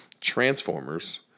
Transformers